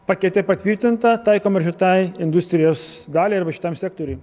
pakete patvirtinta taikoma ir šitai industrijos galiai arba šitam sektoriui